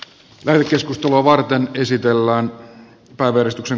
välitysjuttua sen tarkoitus on